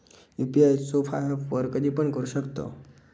UPI चो वापर कधीपण करू शकतव?